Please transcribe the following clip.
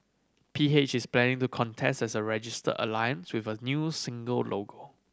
P H is planning to contest as a register alliance with a new single logo